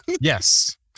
yes